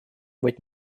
быть